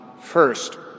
first